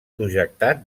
projectat